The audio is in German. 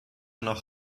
noch